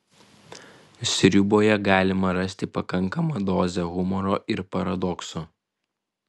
sriuboje galima rasti pakankamą dozę humoro ir paradokso